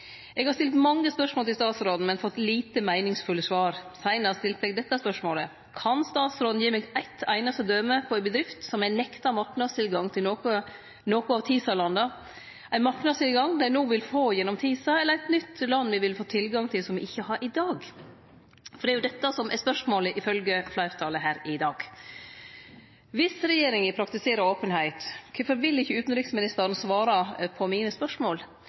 Eg har stilt mange spørsmål til statsråden, men fått lite meiningsfulle svar. Seinast stilte eg dette spørsmålet: Kan statsråden gi meg eitt einaste døme på ei bedrift som er nekta marknadstilgang til nokon av TISA-landa, ein marknadstilgang dei no vil få gjennom TISA, eller eit nytt land me vil få tilgang til, som me ikkje har i dag? Det er jo dette som er spørsmålet, ifølgje fleirtalet her i dag. Dersom regjeringa praktiserer openheit, kvifor vil ikkje utanriksministeren svare meg på mine spørsmål?